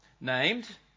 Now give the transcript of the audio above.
named